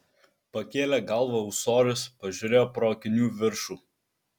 pakėlė galvą ūsorius pažiūrėjo pro akinių viršų